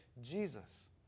Jesus